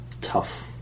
tough